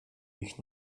ich